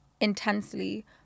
intensely